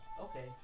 Okay